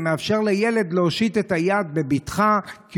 ומאפשר לילד להושיט את היד בבטחה כי